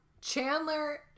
Chandler